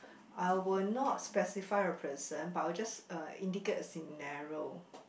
I will not specify a person but I will just uh indicate a scenario